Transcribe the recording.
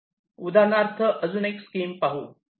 उदाहरणार्थ अजून एक स्कीम पाहू